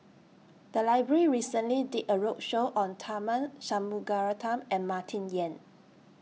The Library recently did A roadshow on Tharman Shanmugaratnam and Martin Yan